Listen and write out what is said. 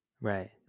Right